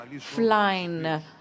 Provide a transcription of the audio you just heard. flying